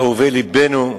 אהובי לבנו,